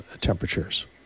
temperatures